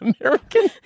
American